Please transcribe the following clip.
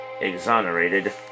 exonerated